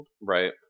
Right